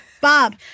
Bob